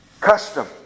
Custom